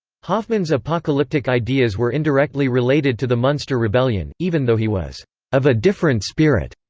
hoffman's apocalyptic ideas were indirectly related to the munster rebellion, even though he was of a different spirit.